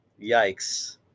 Yikes